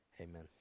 Amen